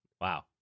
Wow